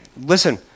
listen